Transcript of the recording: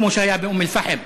כמו שהיו באום-אלפחם,